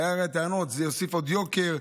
היו טענות שזה יוסיף עוד יוקר,